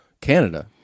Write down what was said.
Canada